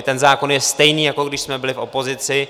Ten zákon je stejný, jako když jsme byli v opozici.